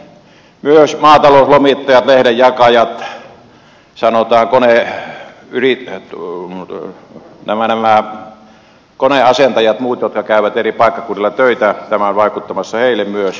myös vahvimmin ja veti jalkaa ja maatalouslomittajat lehdenjakajat sanotaan koneasentajat ja muut jotka käyvät eri paikkakunnilla töissä niin tämä on vaikuttamassa heihin myös